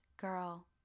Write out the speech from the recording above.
girl